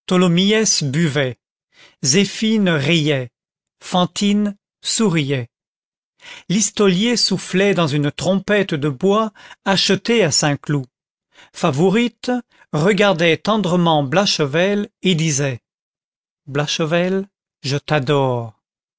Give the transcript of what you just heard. fantine souriait listolier soufflait dans une trompette de bois achetée à saint-cloud favourite regardait tendrement blachevelle et disait blachevelle je t'adore